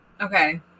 Okay